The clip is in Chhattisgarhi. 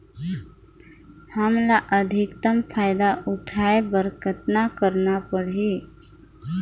हमला अधिकतम फायदा उठाय बर कतना करना परही?